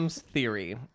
theory